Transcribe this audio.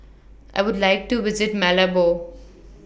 I Would like to visit Malabo